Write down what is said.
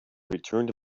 returned